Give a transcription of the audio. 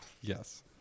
Yes